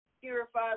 purified